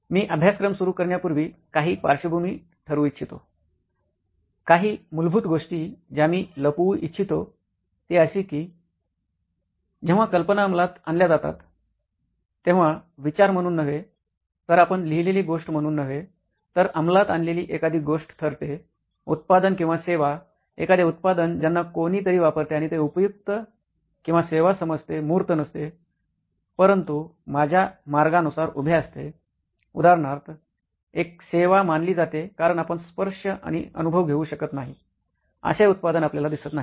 मी अभ्यासक्रम सुरू करण्यापूर्वी काही पार्श्वभूमी ठरवू इच्छितो काही मूलभूत गोष्टी ज्या मी लपवू इच्छितो ती अशी की जेव्हा कल्पना अंमलात आणल्या जातात तेव्हा विचार म्हणून नव्हे तर आपण लिहिलेली गोष्ट म्हणून नव्हे तर अंमलात आणलेली एखादी गोष्ट ठरते उत्पादन किंवा सेवा एखादे उत्पादन ज्यांना कोणीतरी वापरते आणि ते उपयुक्त किंवा सेवा समजते मूर्त नसते परंतु माझ्या मार्गानुसार उभे असते उदाहरणार्थ एक सेवा मानली जाते कारण आपण स्पर्श आणि अनुभव घेऊ शकत नाही असे उत्पादन आपल्याला दिसत नाही